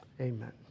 Amen